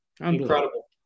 Incredible